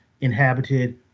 inhabited